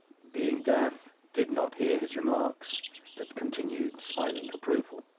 being deaf, did not hear his remarks but continued smiling approval.